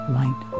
light